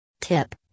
Tip